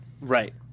Right